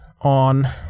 on